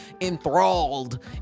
enthralled